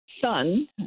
son